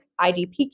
IDP